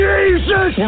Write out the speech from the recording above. Jesus